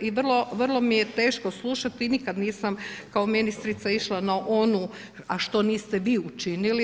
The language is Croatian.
I vrlo mi je teško slušati i nikada nisam kao ministrica išla na onu a što niste vi učinili.